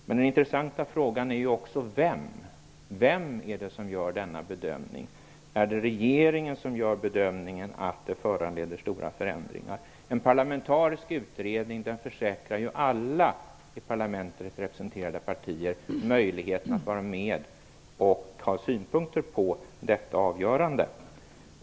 Men en intressant fråga är också vem som gör denna bedömning. Är det regeringen som gör bedömningen att stora förändringar behövs? En parlamentarisk utredning försäkrar ju alla i parlamentet representerade partier möjligheten att vara med och ha synpunkter på detta avgörande.